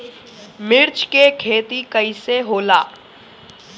मिर्च के खेती कईसे होला?